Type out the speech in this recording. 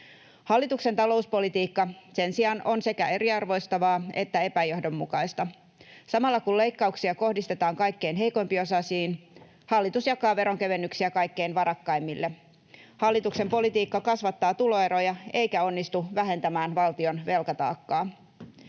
Hallituksen talouspolitiikka sen sijaan on sekä eriarvoistavaa että epäjohdonmukaista. Samalla kun leikkauksia kohdistetaan kaikkein heikko-osaisimpiin, hallitus jakaa veronkevennyksiä kaikkein varakkaimmille. Hallituksen politiikka kasvattaa tuloeroja eikä onnistu vähentämään valtion velkataakkaa.